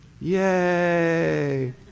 Yay